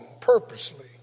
purposely